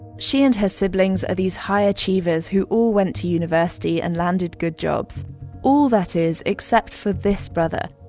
she and her siblings are these high achievers who all went to university and landed good jobs all, that is, except for this brother.